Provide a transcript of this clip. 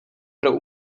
pro